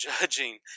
judging